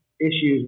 issues